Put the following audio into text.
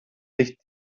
nicht